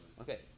Okay